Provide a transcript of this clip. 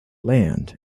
land